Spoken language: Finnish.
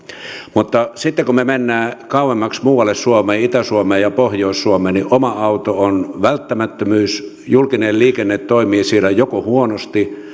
mutta sitten kun mennään kauemmaksi muualle suomeen itä suomeen ja pohjois suomeen niin oma auto on välttämättömyys julkinen liikenne joko toimii siellä huonosti